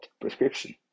prescription